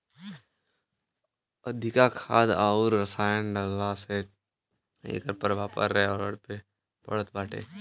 अधिका खाद अउरी रसायन डालला से एकर प्रभाव पर्यावरण पे पड़त बाटे